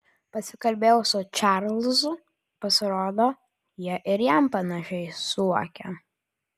pasikalbėjau su čarlzu pasirodo jie ir jam panašiai suokia